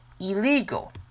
illegal